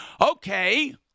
Okay